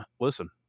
Listen